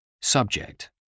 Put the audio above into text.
subject